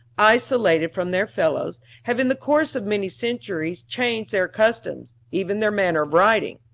isolated from their fellows, have in the course of many centuries changed their customs even their manner of writing.